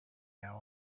now